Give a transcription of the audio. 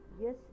Yes